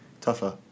tougher